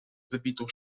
wybitą